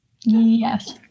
Yes